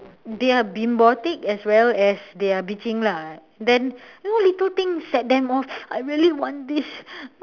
they are bimbotic as well as they are bitching lah then you know little things set them off I really want this